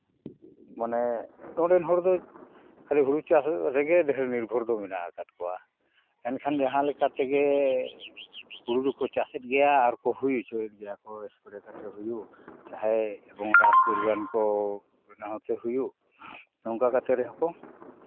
ᱢᱟᱱᱮ ᱱᱚᱰᱮᱱ ᱦᱚᱲ ᱫᱚ ᱟᱞᱮ ᱦᱩᱲᱩ ᱪᱟᱥ ᱨᱮᱜᱮ ᱰᱷᱮᱨ ᱱᱤᱨᱵᱷᱚᱨ ᱫᱚ ᱢᱮᱱᱟᱜ ᱟᱠᱟᱫ ᱠᱚᱣᱟ ᱮᱱᱠᱷᱟᱱ ᱡᱟᱦᱟᱸ ᱞᱮᱠᱟ ᱛᱮᱜᱮ ᱦᱩᱲᱩ ᱫᱚᱠᱚ ᱪᱟᱥᱮᱫ ᱜᱮᱭᱟ ᱟᱨᱠᱚ ᱦᱩᱭ ᱦᱚᱪᱚᱭᱮᱫ ᱜᱮᱭᱟᱠᱚ ᱪᱟᱦᱮ ᱥᱯᱨᱮ ᱠᱟᱛᱮᱫ ᱦᱩᱭᱩᱜ ᱪᱟᱦᱮ ᱠᱟᱛᱮᱫ ᱦᱩᱭᱩᱜ ᱱᱚᱝᱠᱟ ᱠᱟᱛᱮᱫ ᱨᱮᱦᱚᱸ ᱠᱚ